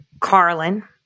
Carlin